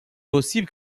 possible